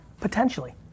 Potentially